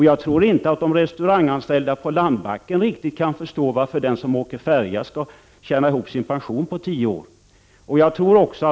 Jag tror inte att de restauranganställda på landbacken riktigt kan förstå varför den som åker färja skall kunna tjäna ihop sin pension på tio år.